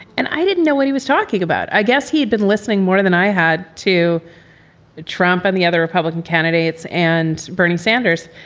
and i didn't know what he was talking about. i guess he'd been listening more than i had to trump and the other republican candidates and bernie sanders.